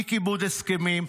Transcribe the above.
אי-כיבוד הסכמים",